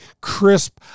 crisp